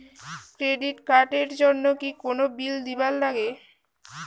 Credit card এর জন্যে কি কোনো বিল দিবার লাগে?